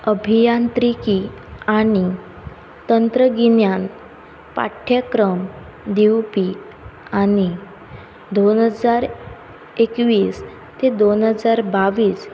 अभियांत्रिकी आनी तंत्रगिन्यान पाठ्यक्रम दिवपी आनी दोन हजार एकवीस ते दोन हजार बावीस